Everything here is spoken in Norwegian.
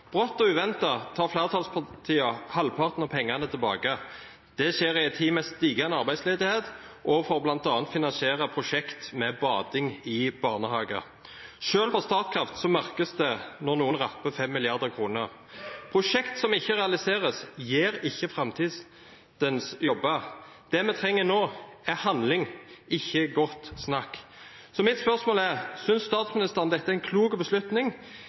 og uventet tar flertallspartiene halvparten av pengene tilbake. Det skjer i en tid med stigende arbeidsledighet og for bl.a. å finansiere prosjekt med bading i barnehager. Selv for Statkraft merkes det når noen rapper 5 mrd. kroner. Prosjekt som ikke realiseres, gir ikke framtidens jobber. Det vi trenger nå, er handling, ikke godt snakk. Så mitt spørsmål er: Synes statsministeren dette er en klok beslutning